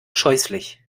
scheußlich